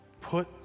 Put